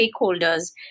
stakeholders